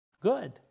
good